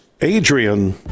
Adrian